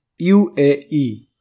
UAE